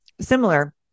similar